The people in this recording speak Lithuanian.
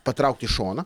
patraukt į šoną